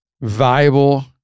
viable